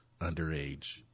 underage